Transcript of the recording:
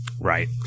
right